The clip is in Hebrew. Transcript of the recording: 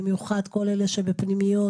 במיוחד כל אלה שבפנימיות,